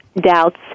doubts